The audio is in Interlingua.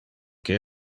que